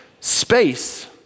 space